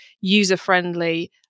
user-friendly